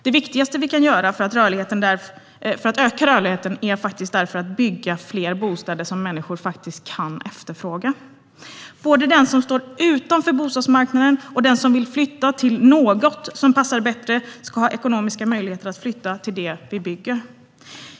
Det viktigaste vi kan göra för att öka rörligheten är därför att bygga fler bostäder som människor faktiskt efterfrågar. Både den som står utanför bostadsmarknaden och den som vill flytta till något som passar bättre ska ha ekonomiska möjligheter att flytta till det vi bygger.